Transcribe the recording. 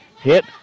hit